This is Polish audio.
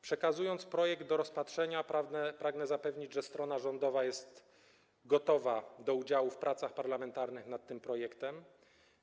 Przekazując projekt do rozpatrzenia, pragnę zapewnić, że strona rządowa jest gotowa do udziału w pracach parlamentarnych nad tym nim.